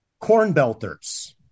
Cornbelters